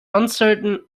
uncertain